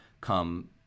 come